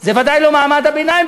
זה ודאי לא מעמד הביניים,